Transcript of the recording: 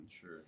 Sure